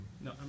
No